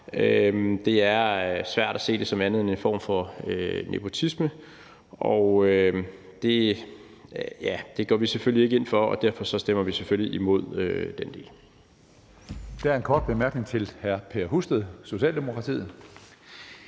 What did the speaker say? Det er svært at se det som andet end en form for nepotisme. Det går vi selvfølgelig ikke ind for, og derfor stemmer vi imod den del.